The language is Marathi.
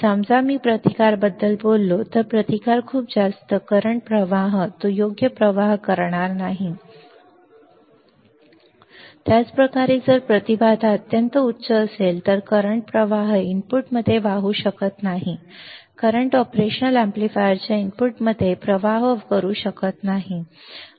समजा मी प्रतिकार बद्दल बोलतो प्रतिकार खूप जास्त आहे करंट प्रवाह तो योग्य प्रवाह करणार नाही त्याच प्रकारे जर प्रतिबाधा अत्यंत उच्च असेल तर वर्तमान प्रवाह प्रवाह इनपुटमध्ये वाहू शकत नाही करंट ऑपरेशनल एम्पलीफायरच्या इनपुटमध्ये प्रवाह करू शकत नाही